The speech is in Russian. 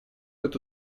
эту